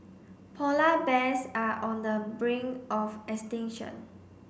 polar bears are on the brink of extinction